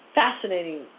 fascinating